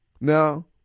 Now